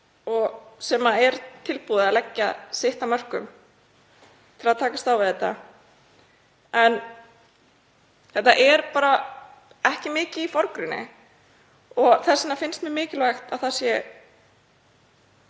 og sem er tilbúið að leggja sitt af mörkum til að takast á við þennan vanda en þetta er bara ekki mikið í forgrunni. Þess vegna finnst mér mikilvægt að við